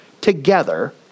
together